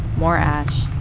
more ash,